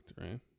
right